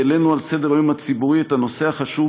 העלינו על סדר-היום הציבורי את הנושא החשוב